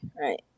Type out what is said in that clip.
right